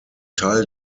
teil